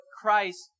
Christ